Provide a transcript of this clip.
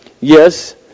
Yes